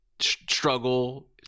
struggle